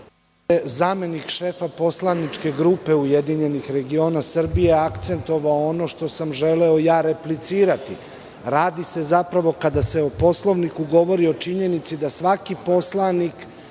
Zamenik šefa poslaničke grupe URS akcentovao je ono što sam želeo replicirati. Radi se zapravo kada se o Poslovniku govori o činjenici da svaki poslanik